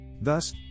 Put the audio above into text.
Thus